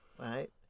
Right